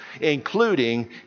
including